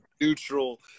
neutral